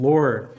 Lord